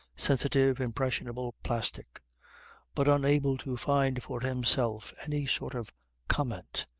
sensitive, impressionable, plastic but unable to find for himself any sort of comment.